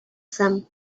some